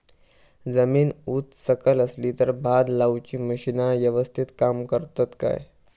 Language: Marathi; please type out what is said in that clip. जमीन उच सकल असली तर भात लाऊची मशीना यवस्तीत काम करतत काय?